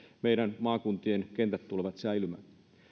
meidän maakuntien kentät tulevat säilymään